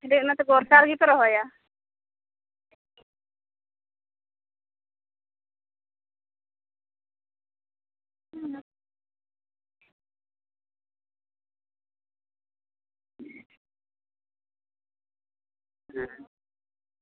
ᱞᱟᱹᱭᱫᱟᱹᱧ ᱚᱱᱟᱛᱮ ᱵᱚᱨᱥᱟ ᱨᱮᱜᱮ ᱯᱮ ᱨᱚᱦᱚᱭᱟ ᱦᱩᱸ ᱦᱩᱸ ᱦᱩᱸ